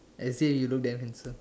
I say you look damn handsome